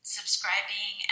subscribing